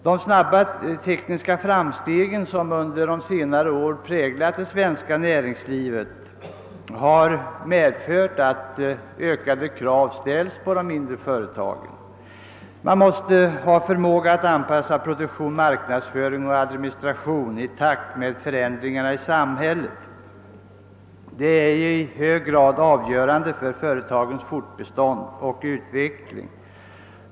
De snabba tekniska framsteg som under senare år präglat det svenska näringslivet har medfört att ökade krav ställs på de mindre företagen. De måste ha förmåga att anpassa produktion, marknadsföring och administration i takt med förändringarna i samhället — detta är i hög grad avgörande för företagens fortbestånd och utveckling.